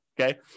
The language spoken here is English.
okay